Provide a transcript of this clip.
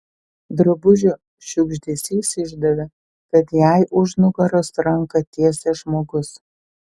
drabužio šiugždesys išdavė kad jai už nugaros ranką tiesia žmogus